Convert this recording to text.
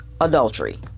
adultery